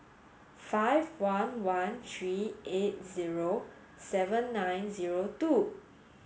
five one one three eight zero seven nine zero two